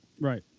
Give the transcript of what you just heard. Right